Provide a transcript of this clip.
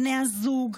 לבני הזוג,